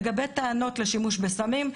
לגבי הטענות לשימוש בסמים,